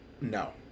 no